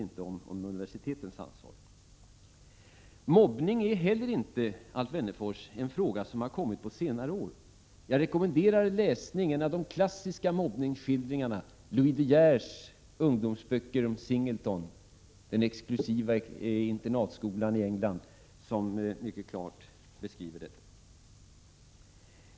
1986/87:57 ansvar. 21 januari 1987 Mobbning är heller inte någonting som har kommit på senare tid, Alf Oikväldatiskölanoch Wennerfors. Jag rekommenderar läsning av en av de klassiska mobbnings = 5 ale z ä Re lärarnas arbetssituaskildringarna, Louis De Geers ungdomsböcker om den exklusiva internat H ion skolan Singleton i England, som mycket klart beskriver detta.